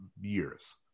Years